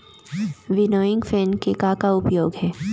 Winnowing fan के का का उपयोग हे?